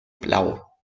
blau